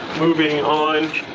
moving on,